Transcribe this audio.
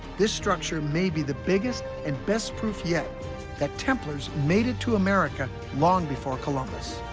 this structure may be the biggest and best proof yet that templars made it to america long before columbus.